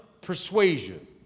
persuasion